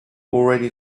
already